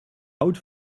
haut